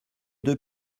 deux